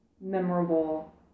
memorable